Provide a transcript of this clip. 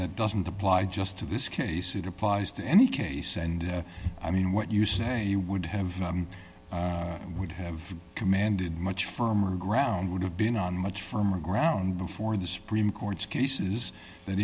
that doesn't apply just to this case it applies to any case and i mean what you say you would have would have commanded much firmer ground would have been on much firmer ground before the supreme court's cases that